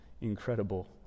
incredible